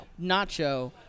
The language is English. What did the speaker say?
nacho